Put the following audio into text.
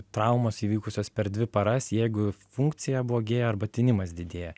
traumos įvykusios per dvi paras jeigu funkcija blogėja arba tinimas didėja